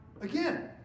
again